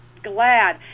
glad